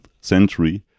century